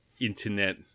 internet